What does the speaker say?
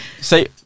say